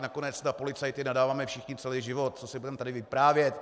Nakonec na policajty nadáváme všichni celý život, co si budeme tady vyprávět.